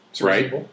Right